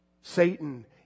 Satan